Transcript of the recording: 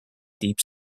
deep